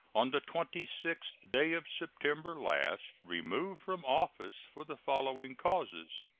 on the twenty sixth day of september last, removed from office for the following causes,